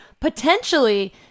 potentially